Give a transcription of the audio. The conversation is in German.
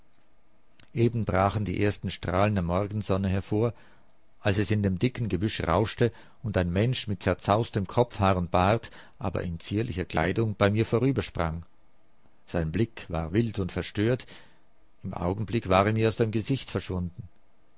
eben brachen die ersten strahlen der morgensonne hervor als es in dem dicken gebüsch rauschte und ein mensch mit zerzaustem kopfhaar und bart aber in zierlicher kleidung bei mir vorübersprang sein blick war wild und verstört im augenblick war er mir aus dem gesicht verschwunden